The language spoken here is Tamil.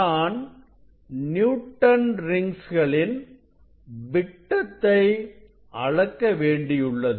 நான் நியூட்டன் ரிங்ஸ்களின் விட்டத்தை அளக்க வேண்டியுள்ளது